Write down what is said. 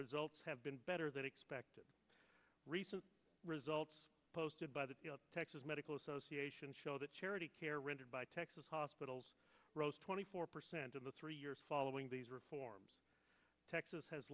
results have been better than expected recent results posted by the texas medical association show that charity care rendered by texas hospitals rose twenty four percent in the three years following these reforms texas has